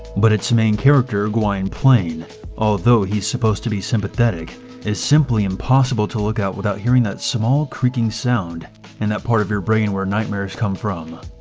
but its main character, gwynplaine although he's supposed to be sympathetic is simply impossible to look at without hearing a small creaking sound in that part of your brain where nightmares come from.